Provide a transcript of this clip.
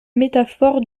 métaphore